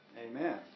Amen